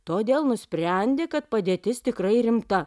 todėl nusprendė kad padėtis tikrai rimta